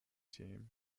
team